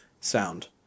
sound